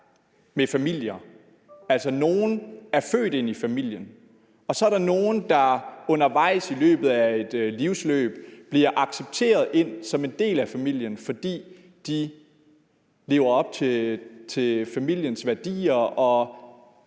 med familier. Altså, nogle er født ind i familien, og så er der nogle, der undervejs i løbet af et livsforløb bliver accepteret som en del af familien, fordi de lever op til familiens værdier og